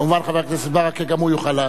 כמובן, חבר הכנסת ברכה גם הוא יוכל.